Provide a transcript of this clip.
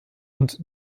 und